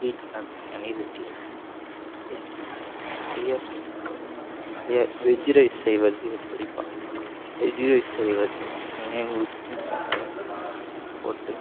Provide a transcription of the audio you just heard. sweet நிறையா பேர் நிறையா வெஜ்ஜு ரைஸ் செய்வது எப்படி பார்ப்போம் வெஜ்ஜு ரைஸ் செய்வது நீங்கள் போட்டு